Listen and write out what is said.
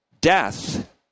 death